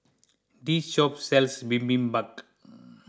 this shop sells Bibimbap